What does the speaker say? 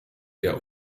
der